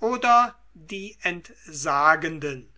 oder die entsagenden